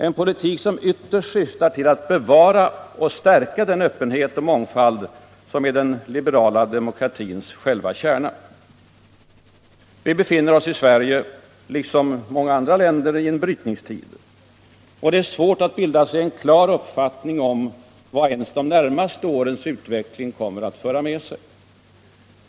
En politik som ytterst syftar till att bevara och stärka den öppenhet och mångfald som är den liberala demokratins själva kärna. Vårt land befinner sig, liksom många andra länder, i en brytningstid. Det är svårt att bilda sig en klar uppfattning om vad ens de närmaste årens utveckling kommer att föra med sig.